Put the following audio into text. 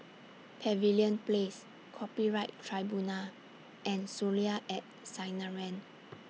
Pavilion Place Copyright Tribunal and Soleil At Sinaran